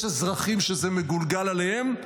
יש אזרחים שזה מגולגל עליהם,